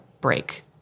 break